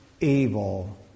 evil